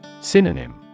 Synonym